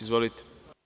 Izvolite.